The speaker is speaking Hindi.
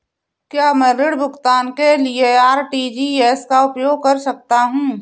क्या मैं ऋण भुगतान के लिए आर.टी.जी.एस का उपयोग कर सकता हूँ?